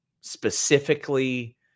specifically